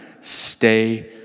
stay